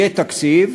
יהיה תקציב,